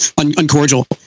uncordial